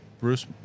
Bruce